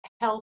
health